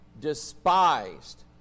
despised